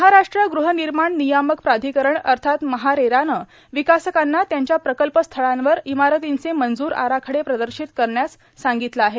महाराष्ट्र ग़हनिर्माण नियामक प्राधिकरण अर्थात महारेरानं विकासकांना त्यांच्या प्रकल्प स्थळांवर इमारतींचे मंजूर आराखडे प्रदर्शित करण्यास सांगितलं आहे